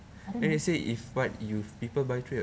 I don't know